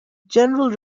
general